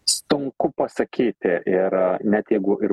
sunku pasakyti ir net jeigu ir